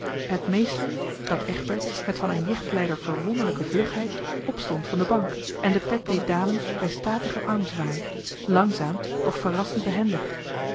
het meeste was dat egberts met van een jichtlijder verwonderlijke vlugheid opstond van de bank en de pet deed dalen met statigen armzwaai langzaam doch verrassend behendig